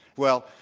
well,